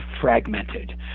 fragmented